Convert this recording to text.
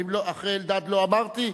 אחרי אלדד לא אמרתי?